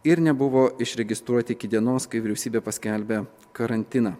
ir nebuvo išregistruoti iki dienos kai vyriausybė paskelbė karantiną